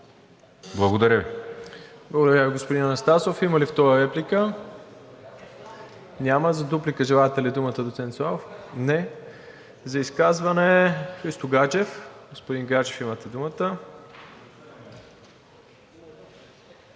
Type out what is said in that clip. ИВАНОВ: Благодаря Ви, господин Анастасов. Има ли втора реплика? Няма. За дуплика – желаете ли думата, доцент Славов? Не. За изказване Христо Гаджев. Господин Гаджев, имате думата.